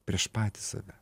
prieš patį save